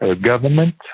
government